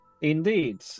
Indeed